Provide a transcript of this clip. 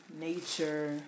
nature